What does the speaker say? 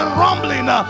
rumbling